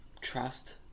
trust